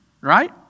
right